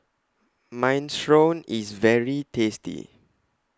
Minestrone IS very tasty